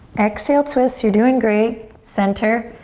exhale twist, you're doing great. center,